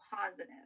positive